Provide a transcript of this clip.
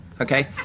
okay